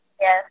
Yes